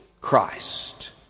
Christ